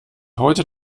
heute